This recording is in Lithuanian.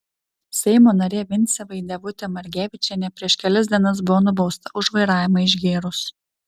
seimo narė vincė vaidevutė margevičienė prieš kelias dienas buvo nubausta už vairavimą išgėrus